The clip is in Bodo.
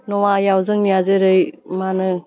नवायाव जोंनिया जेरै मा होनो